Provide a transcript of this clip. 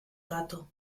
gato